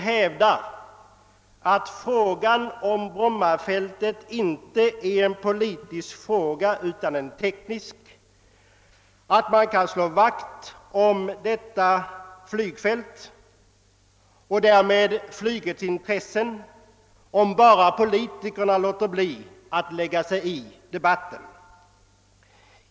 hävdar att frågan om Brommafältet inte är en politisk fråga utan en teknisk, att man kan slå vakt om detta flygfält och därmed flygets intressen, om bara politikerna låter bli att lägga sig i debatten.